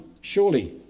surely